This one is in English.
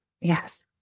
Yes